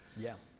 yeah.